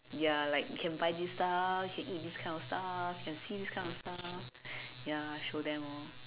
ya like can buy these stuff can eat these kind of stuff can see this kind of stuff ya show them orh